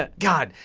ah god,